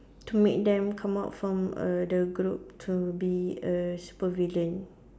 to make them come out from a the globe to be a supervillain